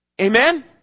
Amen